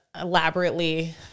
elaborately